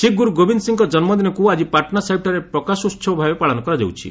ଶିଖ୍ ଗୁରୁ ଗୋବିନ୍ଦ ସିଂହଙ୍କ ଜନ୍ମଦିନକୁ ଆକି ପାଟନା ସାହିବଠାରେ ପ୍ରକାଶୋସବ ଭାବେ ପାଳନ କରାଯାଉଛି